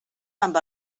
amb